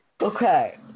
Okay